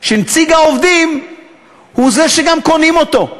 שנציג העובדים הוא זה שגם קונים אותו.